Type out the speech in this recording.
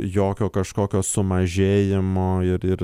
jokio kažkokio sumažėjimo ir